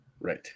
Right